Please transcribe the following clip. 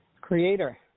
Creator